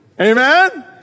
Amen